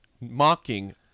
mocking